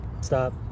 stop